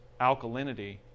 alkalinity